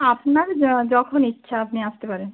আপনার যখন ইচ্ছা আপনি আসতে পারেন